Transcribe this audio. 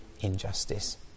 injustice